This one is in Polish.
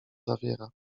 zawiera